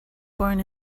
born